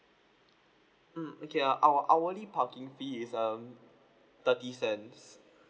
mm okay uh our hourly parking fee is um thirty cents